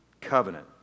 Covenant